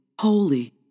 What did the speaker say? holy